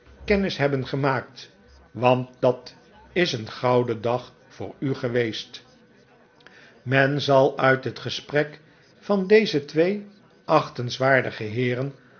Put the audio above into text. kennis hebben gemaakt want dat is een gouden dag voor u geweest men zal uit het gesprek van deze twee achtenswaardige heeren